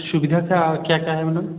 सुविधा का क्या क्या है मैडम